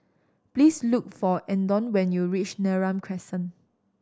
please look for Andon when you reach Neram Crescent